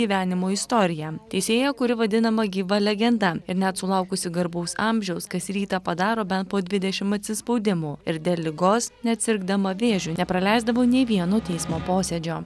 gyvenimo istoriją teisėja kuri vadinama gyva legenda ir net sulaukusi garbaus amžiaus kas rytą padaro bent po dvidešimt atsispaudimų ir dėl ligos net sirgdama vėžiu nepraleisdavo nė vienų teismo posėdžio